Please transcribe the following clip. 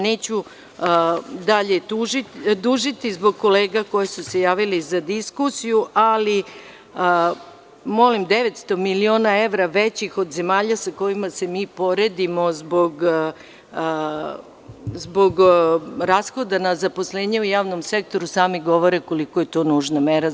Neću dalje dužiti zbog kolega koji su se javili za diskusiju, ali molim 900 miliona evra većih od zemalja sa kojima se mi poredimo, zbog rashoda na zaposlenje u javnom sektoru, sami govore koliko je to nužna mera.